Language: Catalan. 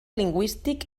lingüístic